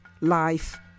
life